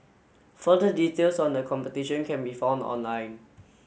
further details on the competition can be found online